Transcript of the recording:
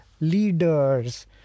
Leaders